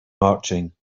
marching